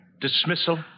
Dismissal